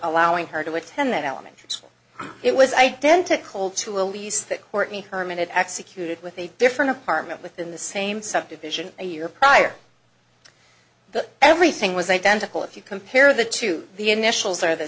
allowing her to attend that elementary school it was identical to a lease that courtney her minute executed with a different apartment within the same subdivision a year prior but everything was identical if you compare the two the initials are the